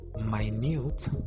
minute